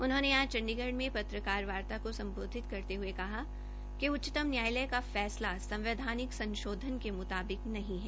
उन्होंने आज चंडीगढ़ में पत्रकार वार्ता को सम्बोधित करते हुये कहा कि उच्चतम न्यायालय का फैसला संवैधानिक संशोधन के मुताबिक नहीं है